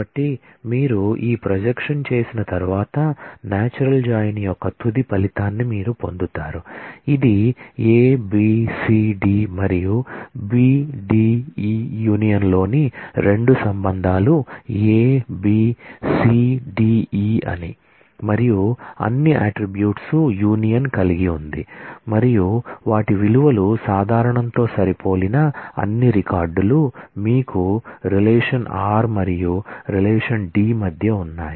కాబట్టి మీరు ఈ ప్రొజెక్షన్ చేసిన తర్వాత నాచురల్ జాయిన్ యొక్క తుది ఫలితాన్ని మీరు పొందుతారు ఇది ABCD మరియు BDE యూనియన్లోని రెండు సంబంధాలు ABCDE అని మరియు అన్ని అట్ట్రిబ్యూట్స్ యూనియన్ కలిగి ఉంది మరియు వాటి విలువలు సాధారణంతో సరిపోలిన అన్ని రికార్డులు మీకు రిలేషన్ r మరియు రిలేషన్ D మధ్య ఉన్నాయి